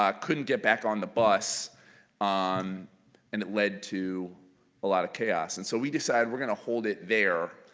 ah couldn't get back on the bus and it led to a lot of chaos. and so we decided we're going to hold it there,